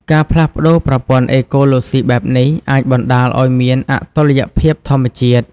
ការផ្លាស់ប្តូរប្រព័ន្ធអេកូឡូស៊ីបែបនេះ អាចបណ្តាលឲ្យមានអតុល្យភាពធម្មជាតិ។